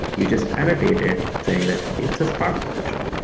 you just annotate it saying that it's a spark function.